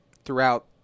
Throughout